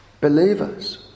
believers